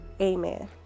amen